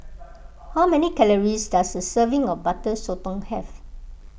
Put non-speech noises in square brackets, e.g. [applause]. [noise] how many calories does a serving of Butter Sotong have